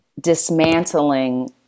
dismantling